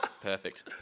perfect